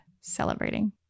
celebrating